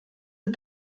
der